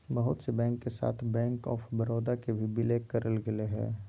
बहुत से बैंक के साथ बैंक आफ बडौदा के भी विलय करेल गेलय हें